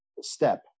step